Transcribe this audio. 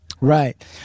Right